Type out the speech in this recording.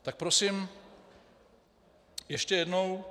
Tak prosím, ještě jednou.